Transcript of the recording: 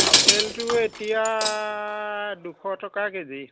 আপেলটো এতিয়া দুশ টকা কেজি